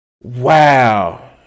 Wow